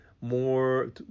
more